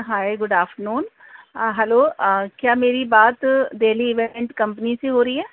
ہائے good afternoon hello کیا میری بات دہلی ایونٹ کمپنی سے ہو رہی ہے